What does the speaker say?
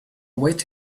wait